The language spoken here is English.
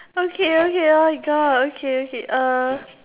okay okay oh my god okay okay uh